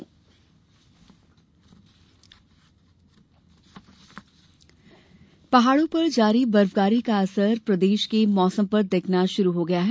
मौसम पहाड़ों पर जारी बर्फबारी का असर प्रदेश के मौसम पर दिखना शुरू हो गया है